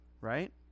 right